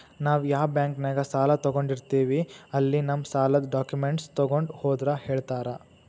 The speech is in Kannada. ನಾವ್ ಯಾ ಬಾಂಕ್ನ್ಯಾಗ ಸಾಲ ತೊಗೊಂಡಿರ್ತೇವಿ ಅಲ್ಲಿ ನಮ್ ಸಾಲದ್ ಡಾಕ್ಯುಮೆಂಟ್ಸ್ ತೊಗೊಂಡ್ ಹೋದ್ರ ಹೇಳ್ತಾರಾ